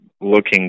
looking